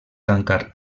tancar